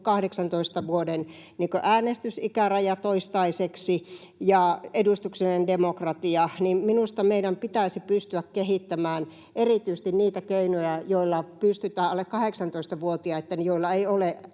18 vuoden äänestysikäraja toistaiseksi ja edustuksellinen demokratia — meidän pitäisi pystyä kehittämään erityisesti niitä keinoja, joilla pystytään alle 18-vuotiaitten, joilla ei ole